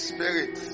Spirit